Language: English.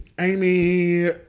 Amy